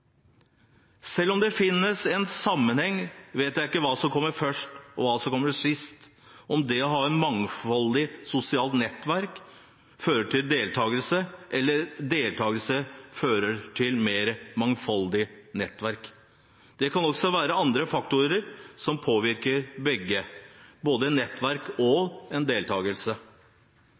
Selv om det finnes en sammenheng, vet jeg ikke hva som kommer først, og hva som kommer sist – om det å ha et mangfoldig sosialt nettverk fører til deltakelse, eller om deltakelse fører til et mer mangfoldig nettverk. Det kan også være andre faktorer som påvirker begge, både nettverk og deltakelse.